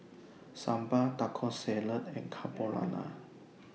Sambar Taco Salad and Carbonara